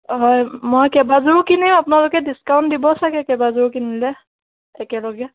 হয় মই কেইবাযোৰো কিনিম আপোনালকে ডিচকাউণ্ট দিব চাগে কেইবাযোৰো কিনিলে একেলগে